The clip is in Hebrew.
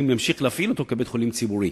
ימשיך להפעיל אותו כבית-חולים ציבורי.